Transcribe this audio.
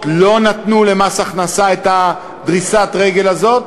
לא נתנו למס הכנסה את דריסת הרגל הזאת,